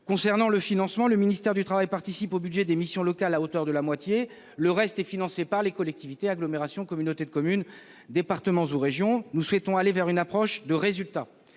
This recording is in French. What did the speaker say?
rester dans son rôle. Le ministère du travail participe au budget des missions locales à hauteur de la moitié, le reste étant financé par les collectivités-agglomérations, communautés de communes, départements ou régions. Nous souhaitons aller vers une approche de résultat.